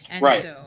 Right